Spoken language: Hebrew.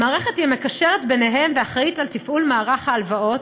המערכת היא המקשרת ביניהם ואחראית על תפעול מערך ההלוואות,